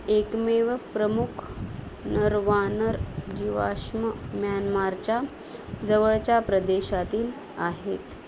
एकमेव प्रमुख नरवानर जीवाश्म म्यानमारच्या जवळच्या प्रदेशातील आहेत